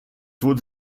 wurde